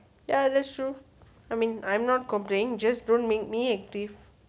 ya that's true I mean I'm not complaining just don't make me active